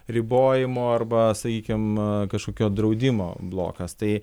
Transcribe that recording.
ribojimo arba sakykim kažkokio draudimo blokas tai